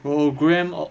program or